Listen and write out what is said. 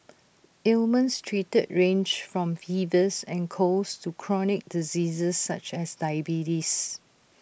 ailments treated range from fevers and colds to chronic diseases such as diabetes